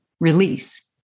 Release